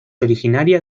originaria